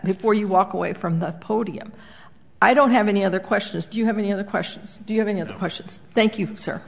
before you walk away from the podium i don't have any other questions do you have any other questions do you have any other questions thank you sir